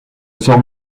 sors